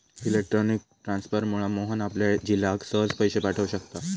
electronic ट्रांसफरमुळा मोहन आपल्या झिलाक सहज पैशे पाठव शकता